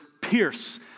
pierce